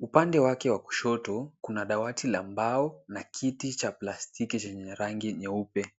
Upande wake wa kushoto kuna dawati la mbao na kiti cha plastiki chenye rangi nyeupe.